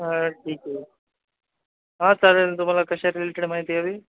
हा ठीक आहे हा चालेल तुम्हाला कशा रिलेटेड माहिती हवी